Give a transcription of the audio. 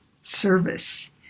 service